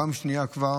בפעם השנייה כבר,